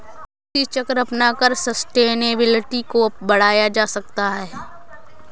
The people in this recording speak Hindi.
कृषि चक्र अपनाकर सस्टेनेबिलिटी को बढ़ाया जा सकता है